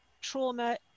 trauma